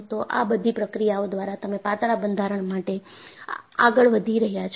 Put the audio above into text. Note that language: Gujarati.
તો આ બધી પ્રક્રિયાઓ દ્વારા તમે પાતળા બંધારણ માટે આગળ વધી રહ્યા છો